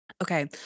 Okay